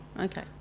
Okay